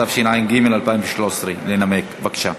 התשע"ג 2013. בבקשה.